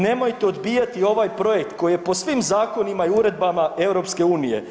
Nemojte odbijati ovaj projekt koji je po svim zakonima i uredbama EU.